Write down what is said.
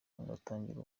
ugatangira